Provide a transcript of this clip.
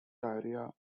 diarrhea